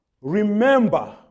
remember